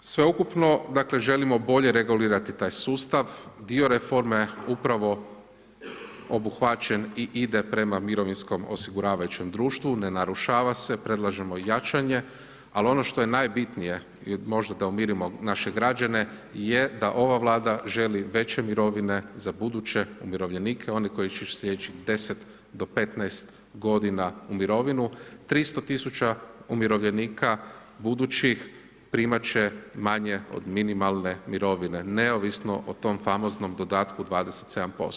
Sveukupno dakle želimo bolje regulirati taj sustav, dio reforme upravo obuhvaćen i ide prema mirovinskom osiguravajućem društvu, ne narušava se, predlažemo jačanje, ali ono što je najbitnije i možda da umirimo naše građane je da ova Vlada želi veće mirovine za buduće umirovljenike, one koji će ići slijedećih 10-15 godina u mirovinu, 300 tisuća umirovljenika budućih primat će manje od minimalne mirovine neovisno o tom famoznom dodatku 27%